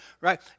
right